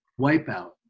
Wipeout